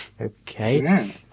Okay